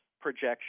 projection